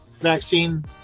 vaccine